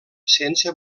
sense